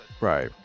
right